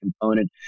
component